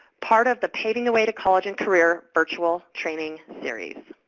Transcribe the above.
part of the paving the way to college and career virtual training series.